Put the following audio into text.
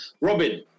Robin